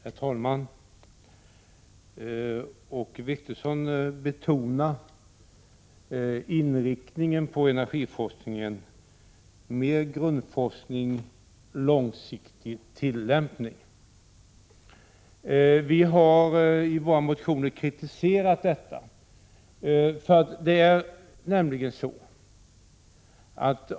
Herr talman! Åke Wictorsson betonade inriktningen på energiforskningen: mer grundforskning och långsiktig tillämpning. Vi har i våra motioner kritiserat denna inriktning.